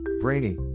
Brainy